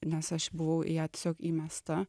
nes aš buvau į ją tiesiog įmesta